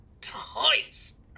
tights